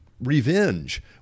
revenge